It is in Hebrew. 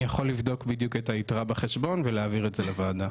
אני יכול לבדוק בדיוק את היתרה בחשבון ולהעביר את זה לוועדה,